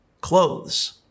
clothes